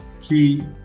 key